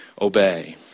obey